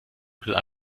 will